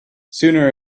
sooner